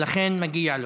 לכן מגיע לו.